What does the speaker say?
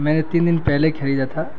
میں نے تین دن پہلے کھریدا تھا